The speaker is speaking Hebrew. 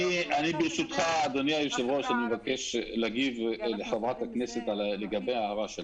אני מבקש להגיב לחברת הכנסת לגבי ההערה שלה.